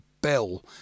bell